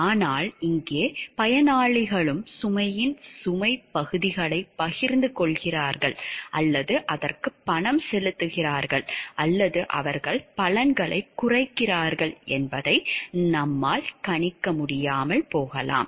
ஆனால் இங்கே பயனாளிகளும் சுமையின் சுமைப் பகுதிகளைப் பகிர்ந்து கொள்கிறார்கள் அல்லது அதற்குப் பணம் செலுத்துகிறார்கள் அல்லது அவர்கள் பலன்களைக் குறைக்கிறார்கள் என்பதை நம்மால் கண்காணிக்க முடியாமல் போகலாம்